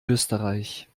österreich